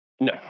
No